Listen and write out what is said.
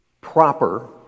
proper